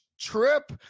trip